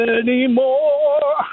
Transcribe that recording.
anymore